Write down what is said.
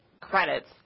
credits